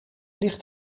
licht